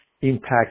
impact